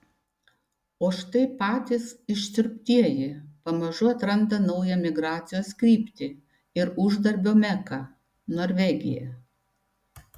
o štai patys išsiurbtieji pamažu atranda naują migracijos kryptį ir uždarbio meką norvegiją